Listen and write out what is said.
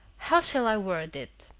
how shall i word it?